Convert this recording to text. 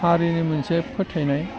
हारिनि मोनसे फोथायनाय